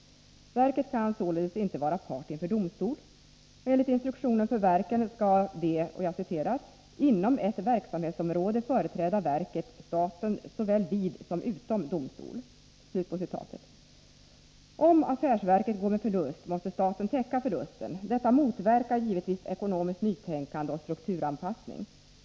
Verket kan således inte vara part inför domstol. Enligt instruktionen för verken skall de ”inom Om affärsverket går med förlust måste staten täcka förlusten. Detta 13 december 1983 motverkar givetvis ekonomiskt nytänkande och strukturanpassning.